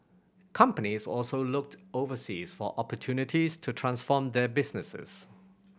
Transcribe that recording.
companies also looked overseas for opportunities to transform their businesses